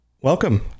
Welcome